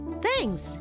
Thanks